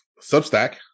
Substack